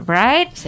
right